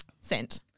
sent